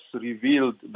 revealed